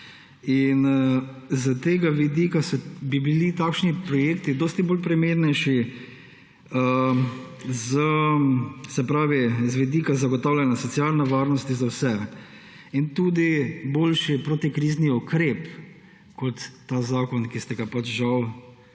S tega vidika bi bili takšni projekti dosti primernejši, se pravi z vidika zagotavljanja socialne varnosti za vse, in tudi boljši protikrizni ukrep kot ta zakon, ki ste ga žal zdaj